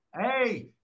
hey